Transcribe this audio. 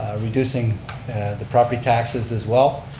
reducing the property taxes as well.